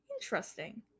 interesting